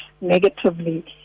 negatively